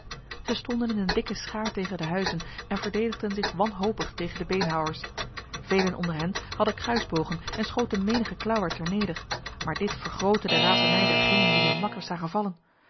zij stonden in een dikke schaar tegen de huizen en verdedigden zich wanhopig tegen de beenhouwers velen onder hen hadden kruisbogen en schoten menige klauwaard ter neder maar dit vergrootte de razernij dergenen die hun makkers zagen vallen